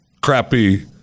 crappy